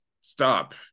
stop